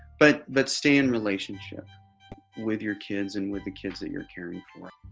but but stay in relationship with your kids and with the kids that you're caring for.